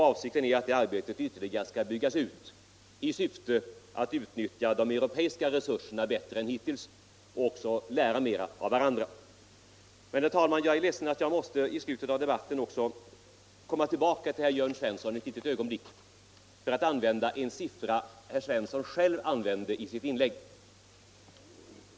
Avsikten är att detta arbete ytterligare skall byggas ut i syfte att utnyttja de europeiska resurserna bättre än hittills och även att lära mera av varandra. Men, herr talman, jag är ledsen att jag i slutet av debatten också måste återkomma ett ögonblick till herr Jörn Svensson för att rätta till en sifferuppgift som herr Svensson anförde i sitt inlägg.